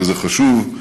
וזה חשוב,